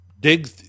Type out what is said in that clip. dig